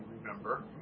remember